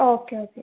okay okay